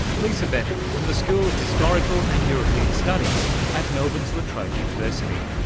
lisa beaven from the school of historical and european studies at melbourne's la trobe university,